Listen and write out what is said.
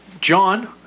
John